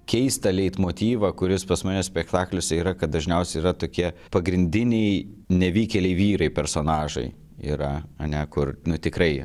keistą leitmotyvą kuris pas mane spektakliuose yra kad dažniausiai yra tokie pagrindiniai nevykėliai vyrai personažai yra ane kur nu tikrai